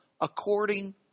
according